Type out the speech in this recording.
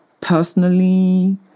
personally